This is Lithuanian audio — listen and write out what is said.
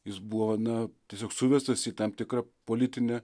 jis buvo na tiesiog suvestas į tam tikrą politinę